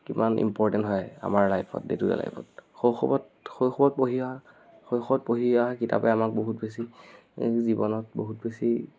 কিমান ইম্পৰ্টেণ্ট হয় আমাৰ লাইফত ডে টু ডে লাইফত শৌশৱত শৈশৱত পঢ়ি অহা শৈশৱত পঢ়ি অহা কিতাপে আমাক বহুত বেছি জীৱনত বহুত বেছি